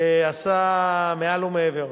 שעשה מעל ומעבר,